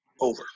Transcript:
Over